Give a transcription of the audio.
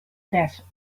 desert